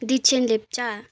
Dechen Lepcha